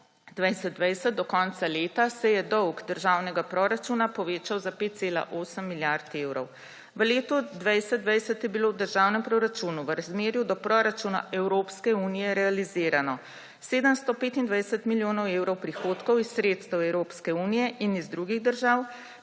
2020 do konca leta se je dolg državnega proračuna povečal za 5,8 milijard evrov. V letu 2020 je bilo v državnem proračunu v razmerju do proračuna Evropske unije realizirano 725 milijonov evrov prihodkov iz sredstev Evropske unije in iz drugih držav,